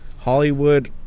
Hollywood